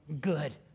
good